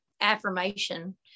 affirmation